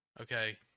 Okay